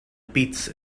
beats